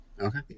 Okay